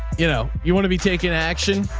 you know, you want to be taking action.